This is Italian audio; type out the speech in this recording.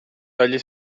dagli